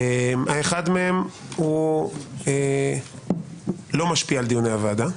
האחד מהם לא משפיע על דיוני הוועדה,